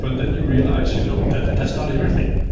but then you realize you know that that that's not everything.